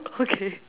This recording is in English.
okay